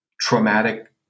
traumatic